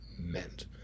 meant